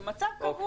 זה מצב קבוע.